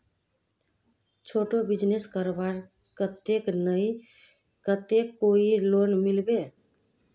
छोटो बिजनेस करवार केते कोई लोन मिलबे?